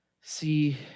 see